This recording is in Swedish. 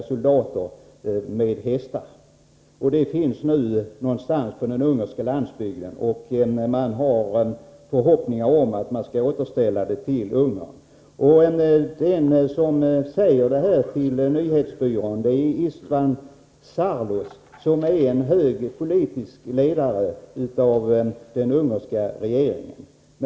I förrgår kom ett nyhetstelegram från Ungern, i vilket den ungerska motsvarigheten till TT förklarade att man nu beslutat sig för att hedra Raoul Wallenberg på något sätt, med någon öppen plats eller med någon form av skulptur. Som några kanske vet skulle det ju resas ett monument över Raoul Wallenberg i Ungern i slutet av 1940-talet. Men natten före avtäckandet släpades monumentet bort av sovjetiska soldater med hästar. Monumentet finns nu någonstans på den ungerska landsbygden. Man har förhoppningar om att det skall kunna återställas. Den som meddelat detta till nyhetsbyrån är Istvan Sarlos som är en hög politisk ledare inom den ungerska regeringen.